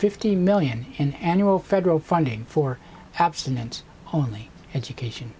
fifty million annual federal funding for abstinence only education